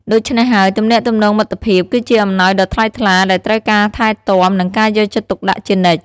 ដូច្នេះហើយ ទំនាក់ទំនងមិត្តភាព គឺជាអំណោយដ៏ថ្លៃថ្លាដែលត្រូវការការថែទាំ និងការយកចិត្តទុកដាក់ជានិច្ច។